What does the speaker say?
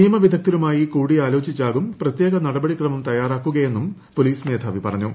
നിയമവിദഗ്ധരുമായി കൂടിയാലോചിച്ചാകും പ്രത്യേക നടപടിക്രമം തയ്യാറാക്കുകയെന്നും പോലീസ് മേധാവി പറഞ്ഞു